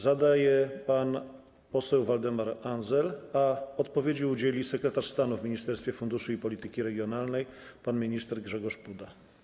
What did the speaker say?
Zada je pan poseł Waldemar Andzel, a odpowiedzi udzieli sekretarz stanu w Ministerstwie Funduszy i Polityki Regionalnej pan minister Grzegorz Puda.